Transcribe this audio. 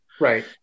Right